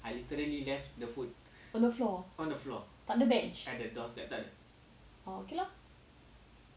on the floor tak ada bench orh okay lor